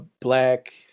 black